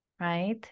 right